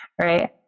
right